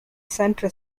center